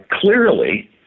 clearly